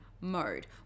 mode